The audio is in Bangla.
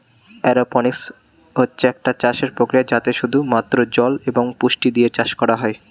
অ্যারোপোনিক্স হচ্ছে একটা চাষের প্রক্রিয়া যাতে শুধু মাত্র জল এবং পুষ্টি দিয়ে চাষ করা হয়